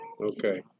Okay